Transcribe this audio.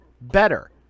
better